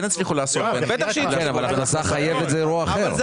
כן הצליחו לעשות --- אבל הכנסה חייבת זה אירוע אחר.